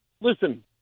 listen